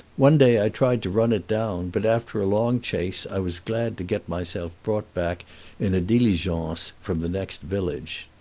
one day i tried to run it down, but after a long chase i was glad to get myself brought back in a diligence from the next village.